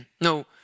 no